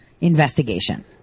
investigation